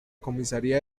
comisaría